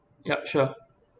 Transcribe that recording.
yup sure